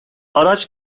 araç